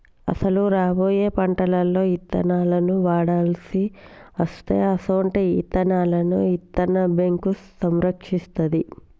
అసలు రాబోయే పంటలలో ఇత్తనాలను వాడవలసి అస్తే అసొంటి ఇత్తనాలను ఇత్తన్న బేంకు సంరక్షిస్తాది